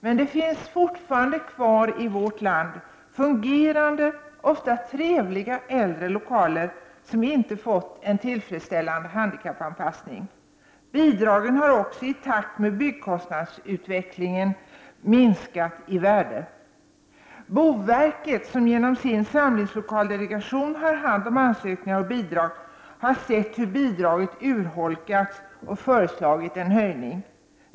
Men det finns fortfarande kvar i vårt land fungerande, ofta trevliga, äldre lokaler som inte fått en tillfredsställande handikappanpassning. Bidragen har också i takt med byggkostnadsutvecklingen minskat i värde. Boverket, som genom sin samlingslokaldelegation har hand om ansökningar och bidrag, har sett hur bidraget urholkats och föreslagit en höjning.